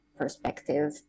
perspective